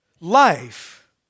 Life